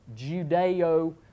Judeo